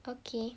okay